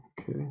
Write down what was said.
Okay